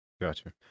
gotcha